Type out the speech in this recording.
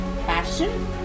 passion